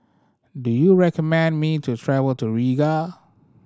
do you recommend me to travel to Riga